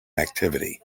activity